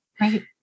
right